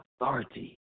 authority